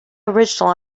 original